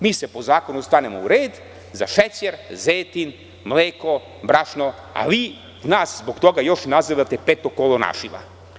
Mi svi po zakonu stanemo u red za šećer, zejtin, mleko, brašno, ali nas zbog toga nazivate petokolonašima.